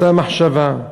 סתם מחשבה.